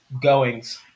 goings